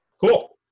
Cool